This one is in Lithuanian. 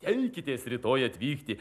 teikitės rytoj atvykti